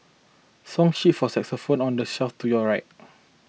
song sheets for xylophones on the shelf to your right